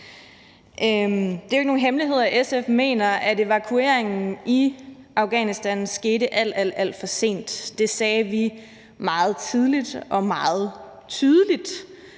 Det er jo ikke nogen hemmelighed, at SF mener, at evakueringen i Afghanistan skete alt, alt for sent. Det sagde vi meget tidligt og meget tydeligt,